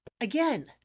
Again